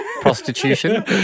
prostitution